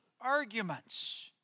arguments